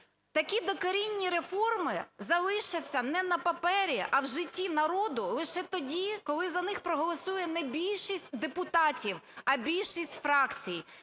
такі докорінні реформи залишаться не на папері, а в житті народу лише тоді, коли за них проголосує не більшість депутатів, а більшість фракцій.